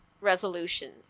resolution